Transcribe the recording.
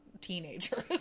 teenagers